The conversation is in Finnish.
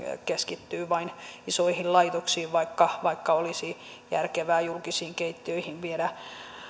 keskittyvät vain isoihin laitoksiin vaikka vaikka olisi järkevää julkisiin keittiöihin viedä